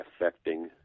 affecting